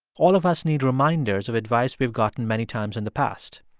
all of us need reminders of advice we've gotten many times in the past.